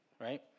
right